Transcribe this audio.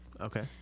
Okay